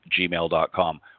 Gmail.com